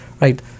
right